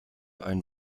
ein